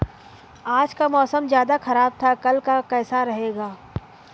आज का मौसम ज्यादा ख़राब था कल का कैसा रहेगा?